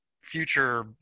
future –